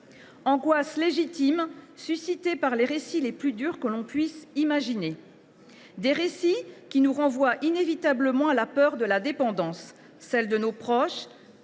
angoisse légitime a été suscitée par les récits les plus durs que l’on puisse imaginer. Ceux ci nous renvoient inévitablement à la peur de la dépendance, celle de nos proches,